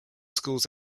schools